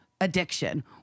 addiction